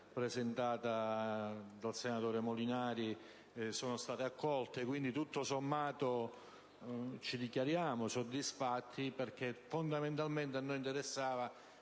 presentata dal senatore Molinari sono state accolte; quindi tutto sommato ci dichiariamo soddisfatti. Fondamentalmente, a noi interessava